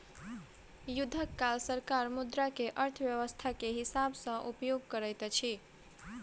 युद्धक काल सरकार मुद्रा के अर्थव्यस्था के हिसाब सॅ उपयोग करैत अछि